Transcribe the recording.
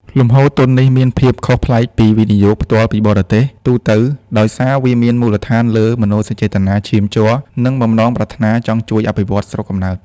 លំហូរទុននេះមានភាពខុសប្លែកពី វិនិយោគផ្ទាល់ពីបរទេស ទូទៅ ដោយសារវាមានមូលដ្ឋានលើ "មនោសញ្ចេតនាឈាមជ័រ" និងបំណងប្រាថ្នាចង់ជួយអភិវឌ្ឍស្រុកកំណើត។